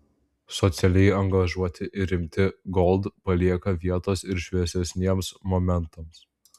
socialiai angažuoti ir rimti gold palieka vietos ir šviesesniems momentams